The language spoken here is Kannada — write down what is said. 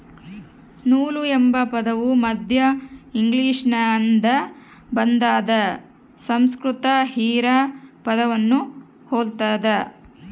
ನೂಲು ಎಂಬ ಪದವು ಮಧ್ಯ ಇಂಗ್ಲಿಷ್ನಿಂದ ಬಂದಾದ ಸಂಸ್ಕೃತ ಹಿರಾ ಪದವನ್ನು ಹೊಲ್ತದ